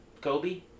Kobe